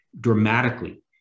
dramatically